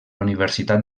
universitat